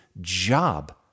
job